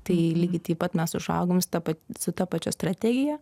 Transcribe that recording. tai lygiai taip pat mes užaugam su ta su ta pačia strategija